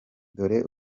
dore